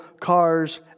cars